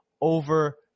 over